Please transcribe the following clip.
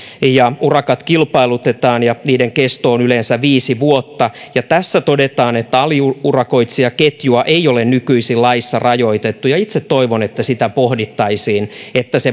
ja urakat kilpailutetaan ja niiden kesto on yleensä viisi vuotta tässä todetaan että aliurakoitsijaketjua ei ole nykyisin laissa rajoitettu ja itse toivon että sitä pohdittaisiin että se